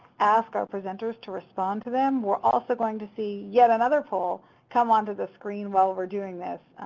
ask our presenters to respond to them. we're also going to see yet another poll come onto the screen while we're doing this.